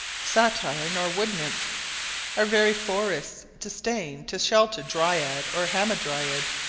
satyr nor wood-nymph our very forests disdain to shelter dryad or hamadryad.